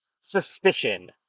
suspicion